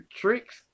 tricks